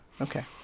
Okay